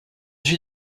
suis